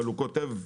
והוא כותב,